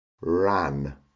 ran